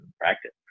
practice